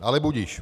Ale budiž.